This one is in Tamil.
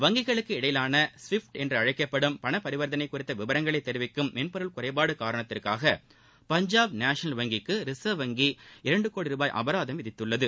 வங்கிகளுக்கு இடையேயான ஸ்விப்ட் என்று அழைக்கப்படும் பண பரிவர்த்தளை குறித்த விவரங்களை தெரிவிக்கும் மென்பொருள் குறைபாடு காரணத்திற்காக பஞ்சாப் நேஷனல் வங்கிக்கு ரிசர்வ் வங்கி இரண்டு கோடி ரூபாய் அபராதம் விதித்துள்ளது